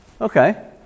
Okay